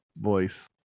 voice